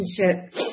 relationship